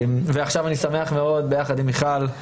ועכשיו אני שמח מאוד לקדם את זה יחד עם מיכל.